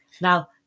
now